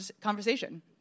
conversation